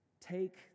Take